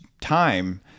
time